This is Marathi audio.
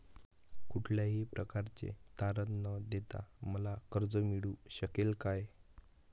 कुठल्याही प्रकारचे तारण न देता मला कर्ज मिळू शकेल काय?